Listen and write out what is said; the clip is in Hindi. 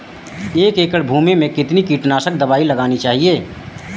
एक एकड़ भूमि में कितनी कीटनाशक दबाई लगानी चाहिए?